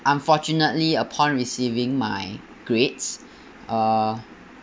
unfortunately upon receiving my grades uh